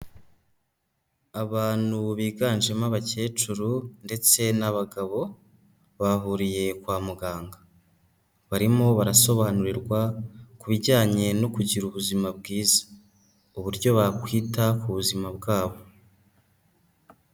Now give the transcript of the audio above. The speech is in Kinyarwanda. Abantu biganjemo abakecuru ndetse n'abagabo, bahuriye kwa muganga. Barimo barasobanurirwa ku bijyanye no kugira ubuzima bwiza. Uburyo bakwita ku buzima bwabo.